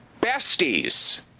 besties